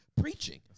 Preaching